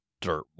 dirt